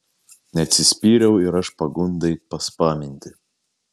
neatsispyriau ir aš pagundai paspaminti